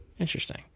Interesting